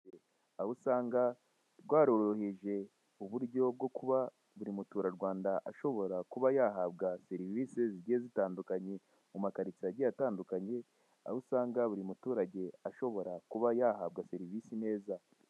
Aho usanga rwaroroheje uburyo bwo kuba buri muturarwanda ashobora kuba yahabwa serivise zigiye zitandukanye mumakaritsiye agiye atandukanye aho usanga buri muturage ashobora kuba yahabwa serivise neza.